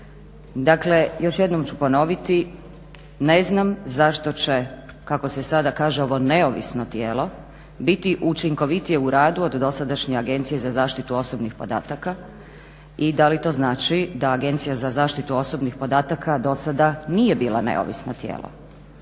Dakle, još jednom ću ponoviti ne znam zašto će kako se sada kaže ovo neovisno tijelo biti učinkovitije u radu od dosadašnje Agencije za zaštitu osobnih podataka i da li to znači da Agencija za zaštitu osobnih podataka dosada nije bila neovisno tijelo?